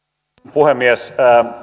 puhemies